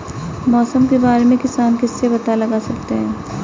मौसम के बारे में किसान किससे पता लगा सकते हैं?